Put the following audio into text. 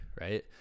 right